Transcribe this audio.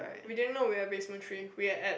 we didn't know we were at basement three we were at